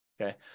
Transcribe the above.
Okay